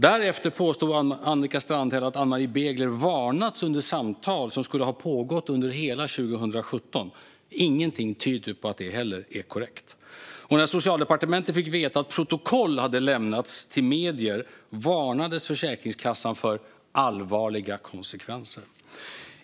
Därefter påstod Annika Strandhäll att Ann-Marie Begler varnats under samtal som skulle ha pågått under hela 2017. Ingenting tyder på att det heller är korrekt. När Socialdepartementet fick veta att protokoll hade lämnats till medier varnades Försäkringskassan för "allvarliga konsekvenser".